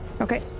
Okay